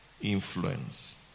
influence